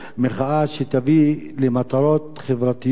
שתביא למטרות חברתיות נעלות,